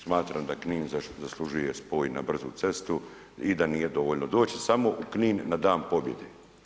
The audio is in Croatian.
Smatram da Knin zaslužuje spoj na brzu cestu i da nije dovoljno doći samo u Knin na Dan pobjede.